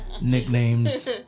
nicknames